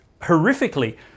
horrifically